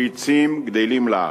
עצים גדלים לאט,